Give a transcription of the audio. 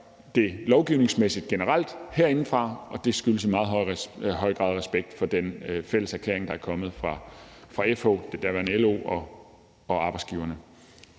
det lovgivningsmæssigt generelt herindefra, og det skyldes i meget høj grad respekt for den fælles erklæring, der er kommet fra FH, det daværende LO, og arbejdsgiverne.